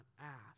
ask